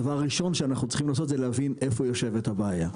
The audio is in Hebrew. הדבר הראשון שאנחנו צריכים לעשות זה להבין איפה יושבת הבעיה.